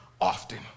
often